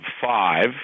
five